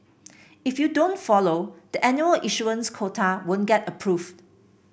if you don't follow the annual issuance quota won't get approved